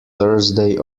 thursday